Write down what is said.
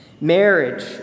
Marriage